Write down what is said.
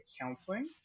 counseling